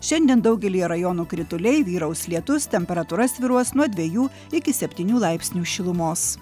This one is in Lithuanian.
šiandien daugelyje rajonų krituliai vyraus lietus temperatūra svyruos nuo dviejų iki septynių laipsnių šilumos